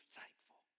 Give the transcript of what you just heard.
thankful